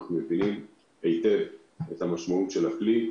אנחנו מודעים היטב למשמעות של הכלי,